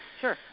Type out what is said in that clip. Sure